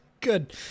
Good